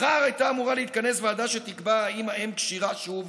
מחר הייתה אמורה להתכנס ועדה שתקבע אם האם כשירה שוב